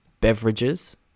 Beverages